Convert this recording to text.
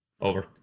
Over